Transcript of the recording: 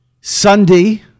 Sunday